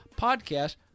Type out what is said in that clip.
podcast